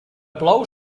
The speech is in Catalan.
plou